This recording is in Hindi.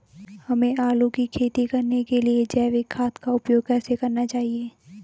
हमें आलू की खेती करने के लिए जैविक खाद का उपयोग कैसे करना चाहिए?